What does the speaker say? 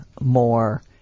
more